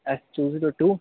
S two zero two